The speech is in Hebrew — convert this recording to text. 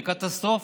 זה קטסטרופה.